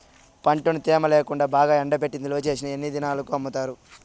పంటను తేమ లేకుండా బాగా ఎండబెట్టి నిల్వచేసిన ఎన్ని దినాలకు అమ్ముతారు?